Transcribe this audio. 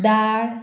दाळ